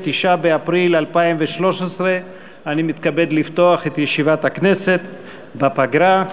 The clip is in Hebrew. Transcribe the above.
9 באפריל 2013. אני מתכבד לפתוח את ישיבת הכנסת בפגרה.